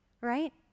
right